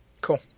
Cool